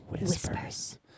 Whispers